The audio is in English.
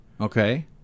Okay